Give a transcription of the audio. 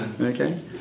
Okay